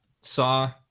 Saw